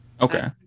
Okay